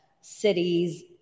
cities